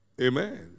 Amen